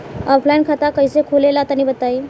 Offline खाता कइसे खुले ला तनि बताई?